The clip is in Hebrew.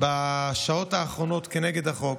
בשעות האחרונות כנגד החוק,